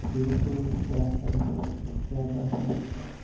تُہۍ وٕچھو وٕ کیٛاہ سَپدِ کیٛاہ باسان چھُ تۄہہِ